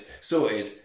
sorted